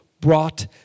brought